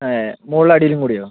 ഏ മുകളിലും അടിയിലും കൂടിയോ